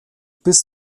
bis